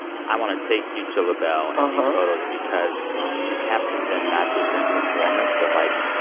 i want to take you to labelle and these photos because you captured them not just in performance, but, like,